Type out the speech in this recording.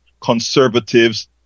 conservatives